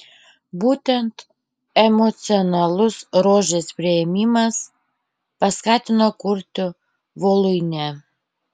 būtent emocionalus rožės priėmimas paskatino kurti voluinę